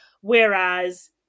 whereas